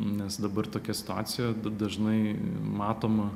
nes dabar tokia situacija dažnai matoma